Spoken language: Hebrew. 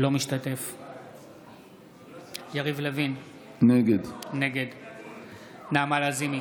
אינו משתתף בהצבעה יריב לוין, נגד נעמה לזימי,